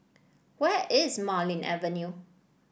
where is Marlene Avenue